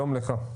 שלום לך.